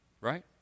Right